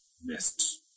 best